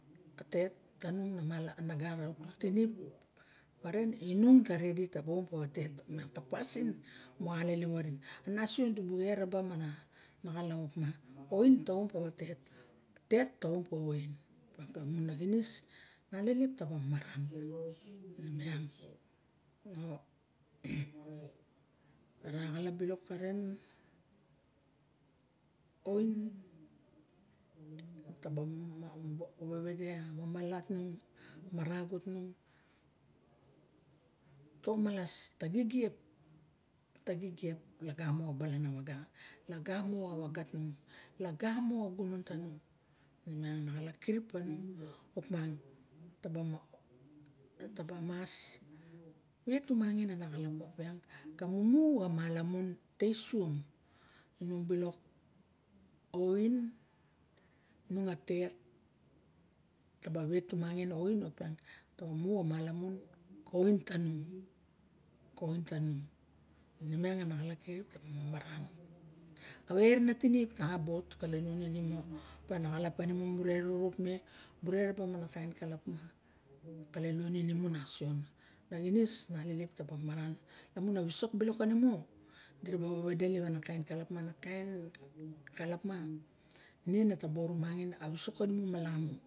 A tet tanung nu gara uk tinip paren inung ta redi taba om pa tet miang a pasin moxa alelep orin a nasion dibu eraba mana xalap opa oin ta om pawa tet- tet ta om pawa oin lamun a xinis xa alelep taba maran ara xalap bilok karen oin taba wewe de a mama la tung a marago tung ta omalas ta gigiep lagamo xa lalan a waga lagamo xa waga tung lagamo xa gunon tanung miang ana xalap kirip panung opiang tamamas wet tumangin an xulap panung ta mumu a malamun ka isuori inung bilok o oin nung a tet tababa ulet tuasangin a oin opa taba ba mu malamun ka oin tanung ine miang ana xalap kirip taba maran kawe rana tinip taxa ba ot kalaluonin imu ana xalap panimu mura erop mura eraba mana eraba mana kain kalap apama kalaluon imu nasion a xinis na alelep taba aran limun a wisok manino diraba newedelep bilok a kain xalap ma ne nataba orumangin a wisok kanimu malamu